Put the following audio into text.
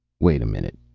wait a minute,